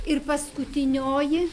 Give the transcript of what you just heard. ir paskutinioji